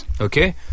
Okay